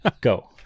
go